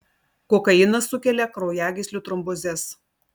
kokainas sukelia kraujagyslių trombozes